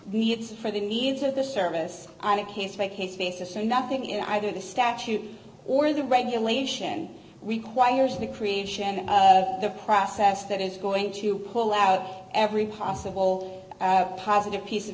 it's for the needs of the service i'm a case by case basis so nothing in either the statute or the regulation requires the creation of the process that is going to pull out every possible positive piece of